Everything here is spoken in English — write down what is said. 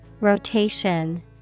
Rotation